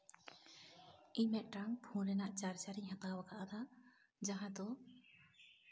ᱤᱧ ᱢᱤᱫᱴᱟᱱ ᱯᱷᱳᱱ ᱨᱮᱱᱟᱜ ᱪᱟᱨᱡᱟᱨ ᱤᱧ ᱦᱟᱛᱟᱣ ᱠᱟᱫᱟ ᱡᱟᱦᱟᱸ ᱫᱚ